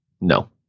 No